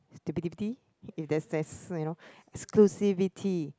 stupidity exclusivity